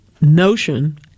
notion